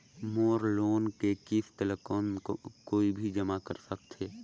मोर loan के किस्त ल कौन कोई भी जमा कर सकथे?